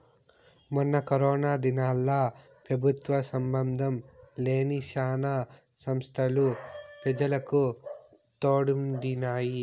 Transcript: మొన్న కరోనా దినాల్ల పెబుత్వ సంబందం లేని శానా సంస్తలు పెజలకు తోడుండినాయి